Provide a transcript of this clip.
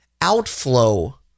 outflow